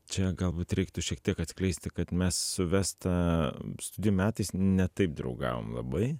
čia galbūt reiktų šiek tiek atskleisti kad mes su vesta studijų metais ne taip draugavom labai